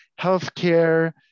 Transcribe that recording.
healthcare